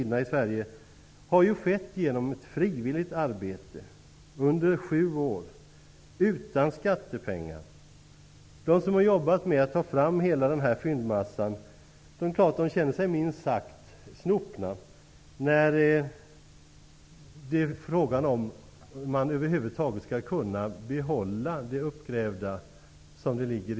Den har skett utan skattepengar genom ett frivilligt arbete under sju år. De som har arbetat med att ta fram hela denna fyndmassa känner sig minst sagt snopna. Det är fråga om man över huvud taget skall kunna behålla det uppgrävda som det i dag ligger.